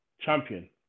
champion